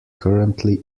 currently